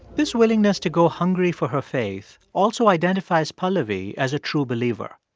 this willingness to go hungry for her faith also identifies pahlavi as a true believer.